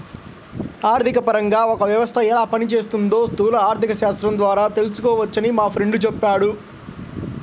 ఆర్థికపరంగా ఒక వ్యవస్థ ఎలా పనిచేస్తోందో స్థూల ఆర్థికశాస్త్రం ద్వారా తెలుసుకోవచ్చని మా ఫ్రెండు చెప్పాడు